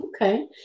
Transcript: Okay